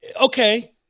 okay